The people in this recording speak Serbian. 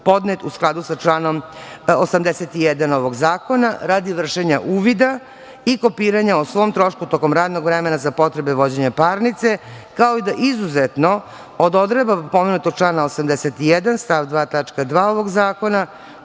u skladu sa članom 81. zakona radi vršenja uvida i kopiranja o svom trošku tokom radnog vremena za potrebe vođenja parnice, kao i da izuzetno o odredbama pomenutog člana 81. stav 2. tačka 2) ovog zakona,